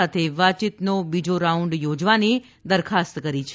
સાથે વાતચીતનો બીજો રાઉન્ડ યોજવાની દરખાસ્ત કરી છે